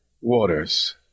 waters